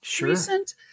recent